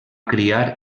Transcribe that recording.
criar